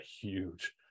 huge